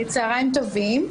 צוהריים טובים.